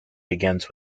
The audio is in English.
begins